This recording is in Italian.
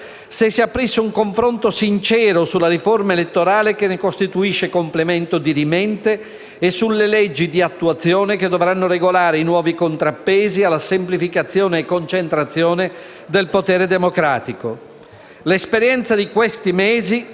se si aprisse un confronto sincero sulla riforma elettorale, che ne costituisce complemento dirimente, e sulle leggi di attuazione che dovranno regolare i nuovi contrappesi alla semplificazione e concentrazione del potere democratico. L'esperienza di questi mesi